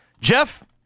Jeff